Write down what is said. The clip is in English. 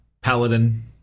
paladin